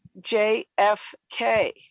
JFK